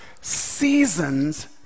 seasons